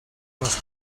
les